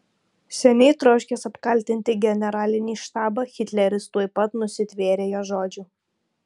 seniai troškęs apkaltinti generalinį štabą hitleris tuoj pat nusitvėrė jo žodžių